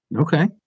Okay